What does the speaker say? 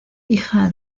hija